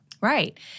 right